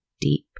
deep